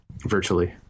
Virtually